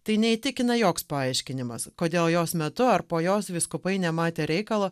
tai neįtikina joks paaiškinimas kodėl jos metu ar po jos vyskupai nematė reikalo